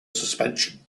suspension